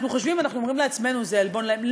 אנחנו חושבים ואנחנו אומרים לעצמנו: זה עלבון להם.